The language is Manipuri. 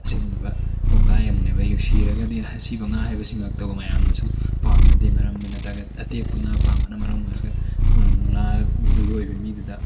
ꯑꯁꯤꯒꯨꯝꯂꯕ ꯀꯣꯡꯒꯥꯏ ꯑꯃꯅꯦꯕ ꯁꯤꯔꯒꯗꯤ ꯑꯁꯤꯕ ꯉꯥ ꯍꯥꯏꯕꯁꯤꯃꯛꯇꯕꯨ ꯃꯌꯥꯝꯅꯁꯨ ꯄꯥꯝꯅꯗꯦ ꯃꯔꯝ ꯑꯗꯨꯅ ꯇꯒꯠ ꯑꯇꯦꯛꯄ ꯉꯥ ꯄꯥꯝꯕꯅ ꯃꯔꯝ ꯑꯣꯏꯔꯒ ꯉꯥ ꯌꯣꯛꯏꯕ ꯃꯤ ꯑꯗꯨꯗ